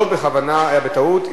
לא בכוונה, היה בטעות.